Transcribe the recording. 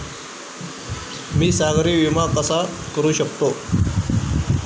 मी सागरी विमा कसा करू शकतो?